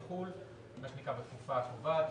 יחול מה שנקרא בתקופה הקובעת,